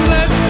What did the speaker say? Let